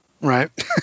Right